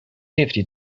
fifty